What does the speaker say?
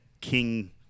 King